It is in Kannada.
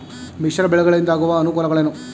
ಮಿಶ್ರ ಬೆಳೆಗಳಿಂದಾಗುವ ಅನುಕೂಲಗಳೇನು?